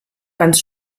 ganz